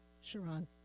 Sharon